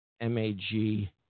M-A-G